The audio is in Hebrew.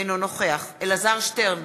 אינו נוכח אלעזר שטרן,